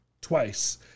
twice